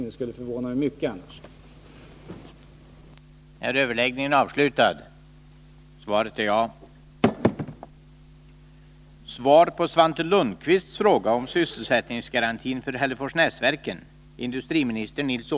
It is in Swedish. Det skulle förvåna mig mycket om det vore på något annat sätt.